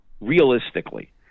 realistically